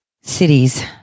cities